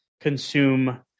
consume